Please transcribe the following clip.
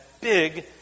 big